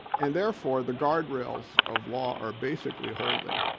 and therefore, the guardrails of law are basically holding.